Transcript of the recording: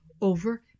over